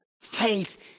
Faith